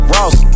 Ross